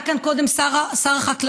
היה כאן קודם שר החקלאות,